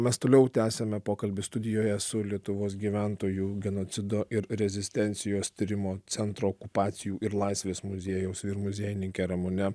mes toliau tęsiame pokalbį studijoje su lietuvos gyventojų genocido ir rezistencijos tyrimo centro okupacijų ir laisvės muziejaus vyr muziejininke ramune